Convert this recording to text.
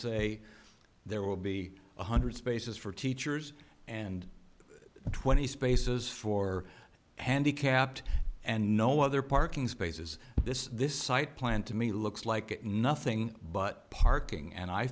say there will be one hundred spaces for teachers and twenty spaces for handicapped and no other parking spaces this this site plan to me looks like nothing but parking and i